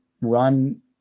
run